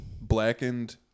blackened